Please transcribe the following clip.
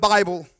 Bible